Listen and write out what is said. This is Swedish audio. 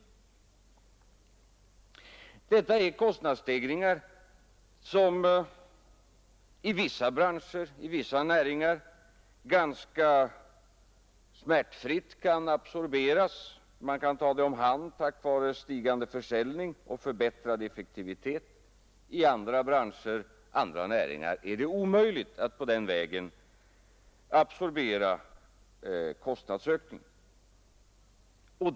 Dessa kostnadsstegringar kan i vissa branscher absorberas ganska smärtfritt. Man kan ta dem om hand tack vare stigande försäljning och förbättrad effektivitet. I andra branscher är det omöjligt att på den vägen absorbera kostnadsökningen.